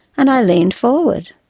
and i leaned forward